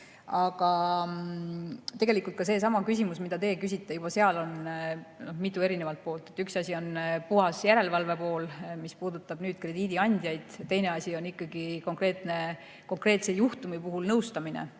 Aga tegelikult selles samas küsimuses, mida te küsisite, on juba mitu erinevat poolt. Üks asi on puhas järelevalve pool, mis puudutab krediidiandjaid, teine asi on konkreetse juhtumi puhul nõustamine,